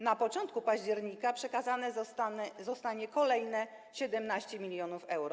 Na początku października przekazane zostanie kolejne 17 mln euro.